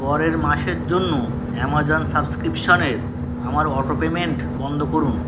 পরের মাসের জন্য অ্যামাজন সাবস্ক্রিপশানের আমার অটোপেমেন্ট বন্ধ করুন